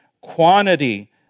Quantity